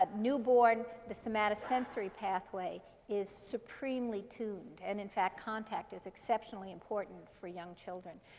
ah newborn, the somatosensory pathway is supremely tuned. and, in fact, contact is exceptionally important for young children.